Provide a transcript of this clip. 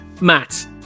Matt